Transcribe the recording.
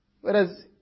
Whereas